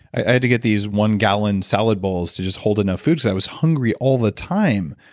i had to get these one gallon salad bowls to just hold enough food cause i was hungry all the time.